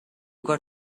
got